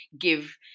give